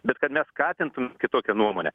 bet kad mes skatintum kitokią nuomonę